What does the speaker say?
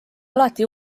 alati